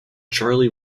charlie